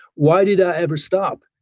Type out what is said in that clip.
why did i ever stop.